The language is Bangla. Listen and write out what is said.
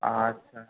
আচ্ছা